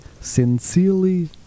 sincerely